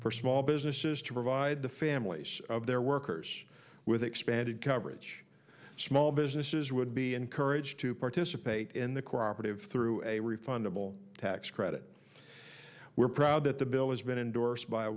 for small businesses to provide the families of their workers with expanded coverage small businesses would be encouraged to participate in the cooperative through a refundable tax credit we're proud that the bill has been endorsed by a